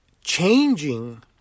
changing